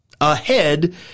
ahead